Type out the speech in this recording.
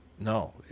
no